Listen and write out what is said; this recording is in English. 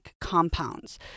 compounds